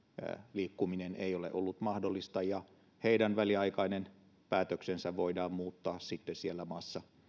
liikkuminen ei ole ollut mahdollista ja heidän väliaikainen päätöksensä voidaan muuttaa sitten siellä maassa